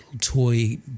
toy